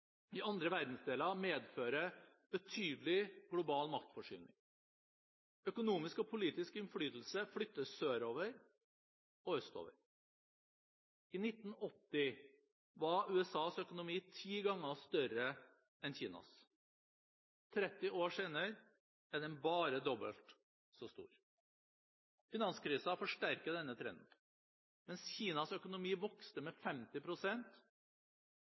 i andre verdensdeler medfører betydelig global maktforskyvning. Økonomisk og politisk innflytelse flyttes sørover og østover. I 1980 var USAs økonomi ti ganger større enn Kinas. 30 år senere er den «bare» dobbelt så stor. Finanskrisen forsterket denne trenden. Mens Kinas økonomi har vokst med